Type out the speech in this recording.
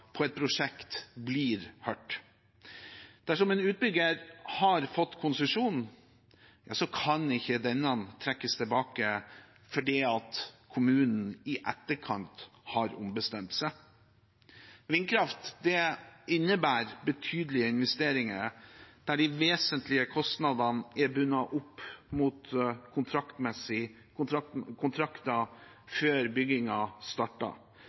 på et prosjekt blir hørt. Dersom en utbygger har fått konsesjon, kan ikke denne trekkes tilbake fordi kommunen i etterkant har ombestemt seg. Vindkraft innebærer betydelige investeringer der de vesentlige kostnadene er bundet opp mot